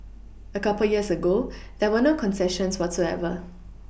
a couple years ago there were no concessions whatsoever